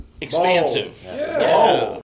expansive